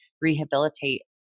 rehabilitate